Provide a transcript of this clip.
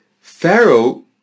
Pharaoh